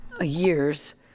years